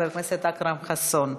חבר הכנסת אכרם חסון,